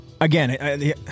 again